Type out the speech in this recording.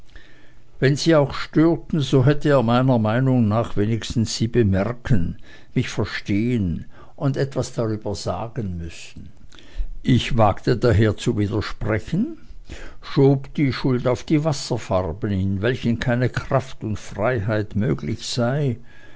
wenn sie auch störten so hätte er meiner meinung nach wenigstens sie bemerken mich verstehen und etwas darüber sagen müssen ich wagte daher zu widersprechen schob die schuld auf die wasserfarben in welchen keine kraft und freiheit möglich sei